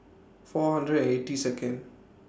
four hundred and eighty Second